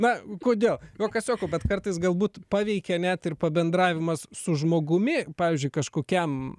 na kodėl juokas juoku bet kartais galbūt paveikia net ir pabendravimas su žmogumi pavyzdžiui kažkokiam